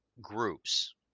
groups